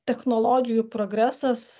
technologijų progresas